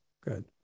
Good